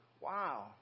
wow